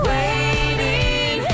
Waiting